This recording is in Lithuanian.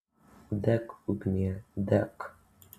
dek ugnie dek